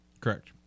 Correct